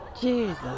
Jesus